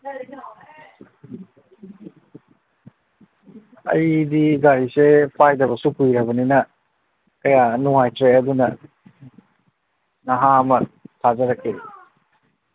ꯑꯩꯗꯤ ꯒꯥꯔꯤꯁꯦ ꯄꯥꯏꯗꯕꯁꯨ ꯀꯨꯏꯔꯕꯅꯤꯅ ꯀꯌꯥ ꯅꯨꯡꯉꯥꯏꯇ꯭ꯔꯦ ꯑꯗꯨꯅ ꯅꯍꯥ ꯑꯃ ꯊꯥꯖꯔꯛꯀꯦ